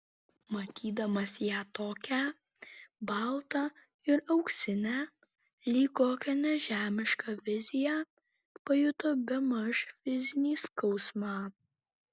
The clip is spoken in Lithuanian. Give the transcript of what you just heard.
matydamas ją tokią baltą ir auksinę lyg kokią nežemišką viziją pajuto bemaž fizinį skausmą